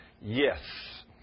Yes